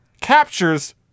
captures